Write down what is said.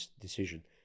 decision